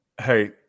Hey